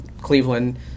Cleveland